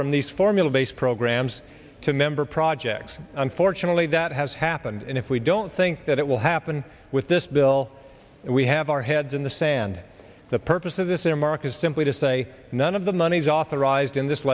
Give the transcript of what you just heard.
from these formula based programs to member projects unfortunately that has happened and if we don't think that it will happen with this bill and we have our heads in the sand the purpose of this in america is simply to say none of the monies authorized in this